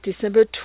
December